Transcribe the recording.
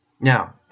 Now